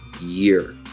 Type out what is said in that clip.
year